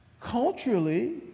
Culturally